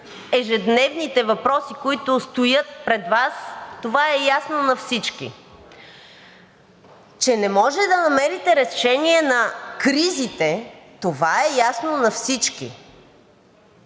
ежедневните въпроси, които стоят пред Вас, това е ясно на всички. Че не може да намерите решение на кризите, това е ясно на всички.